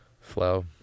flow